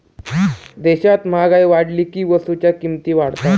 देशात महागाई वाढली की वस्तूंच्या किमती वाढतात